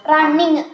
Running